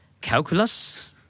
Calculus